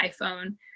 iPhone